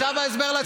עכשיו ההסבר לציבור.